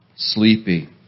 Sleepy